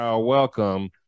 welcome